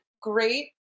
great